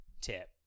tip